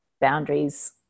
boundaries